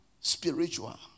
spiritual